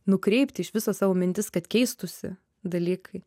nukreipti iš viso savo mintis kad keistųsi dalykai